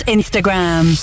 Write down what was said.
Instagram